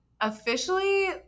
officially